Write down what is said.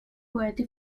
kuwaiti